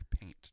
paint